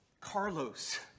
Carlos